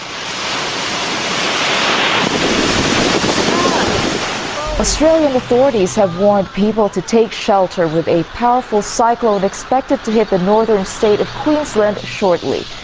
um ah so authorities have warned people to take shelter with a powerful cyclone expected to hit the northern state of queensland shortly.